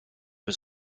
was